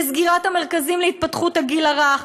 לסגירת המרכזים להתפתחות בגיל הרך?